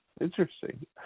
Interesting